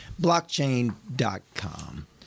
blockchain.com